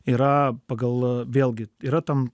yra pagal vėlgi yra tam